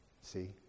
See